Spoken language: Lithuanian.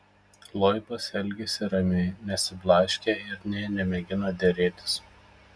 loibas elgėsi ramiai nesiblaškė ir nė nemėgino derėtis